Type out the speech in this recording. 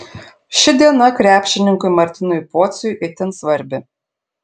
ši diena krepšininkui martynui pociui itin svarbi